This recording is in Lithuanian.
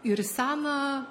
ir seną